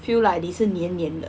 feel like 你是黏黏的